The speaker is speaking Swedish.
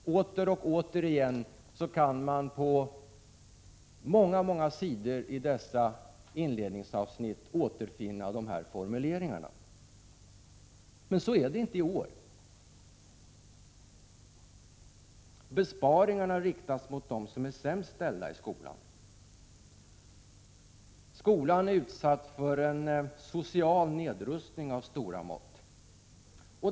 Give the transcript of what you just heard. Men så är det inte i år. Besparingarna riktas mot de sämst ställda i skolan. Skolan är utsatt för en social nedrustning av stora mått.